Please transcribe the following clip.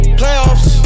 playoffs